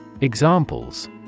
Examples